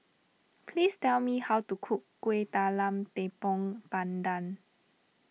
please tell me how to cook Kueh Talam Tepong Pandan